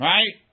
Right